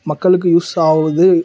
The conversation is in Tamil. மக்களுக்கு யூஸ் ஆகுது